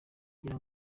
ngira